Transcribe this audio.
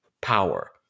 power